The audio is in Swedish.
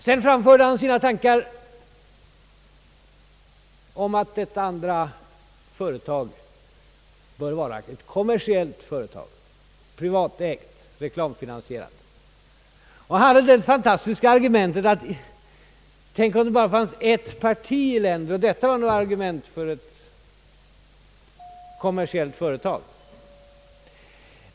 Sedan framförde han sina tankar om att detta andra företag bör vara ett kommersiellt, privatägt, reklamfinansierat företag. Han kom med det fantastiska argumentet: Tänk om det bara fanns ett parti i landet! Och detta var ett argument för ett kommersiellt företag!